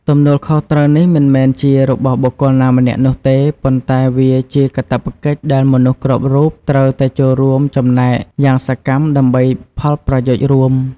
ទំនួលខុសត្រូវនេះមិនមែនជារបស់បុគ្គលណាម្នាក់នោះទេ ប៉ុន្តែវាជាកាតព្វកិច្ចដែលមនុស្សគ្រប់រូបត្រូវតែចូលរួមចំណែកយ៉ាងសកម្មដើម្បីផលប្រយោជន៍រួម។